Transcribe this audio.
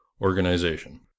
organization